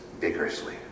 vigorously